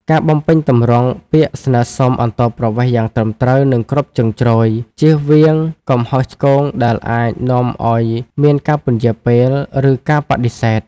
ការបំពេញទម្រង់ពាក្យស្នើសុំអន្តោប្រវេសន៍យ៉ាងត្រឹមត្រូវ និងគ្រប់ជ្រុងជ្រោយ ជៀសវាងកំហុសឆ្គងដែលអាចនាំឱ្យមានការពន្យារពេល ឬការបដិសេធ។